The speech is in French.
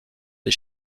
des